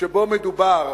שבו מדובר